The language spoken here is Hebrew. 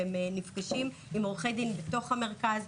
והם נפגשים עם עורכי דין בתוך המרכז.